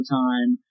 time